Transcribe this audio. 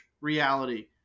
Reality